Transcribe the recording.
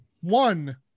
one